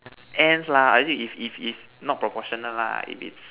ants lah or is it is is is not proportionate lah if it's